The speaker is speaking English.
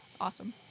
awesome